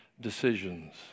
decisions